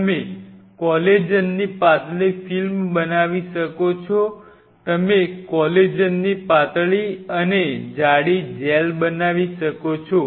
તમે કોલેજનની પાતળી ફિલ્મ બનાવી શકો છો તમે કોલેજનની પાતળી અને જાડી જેલ બનાવી શકો છો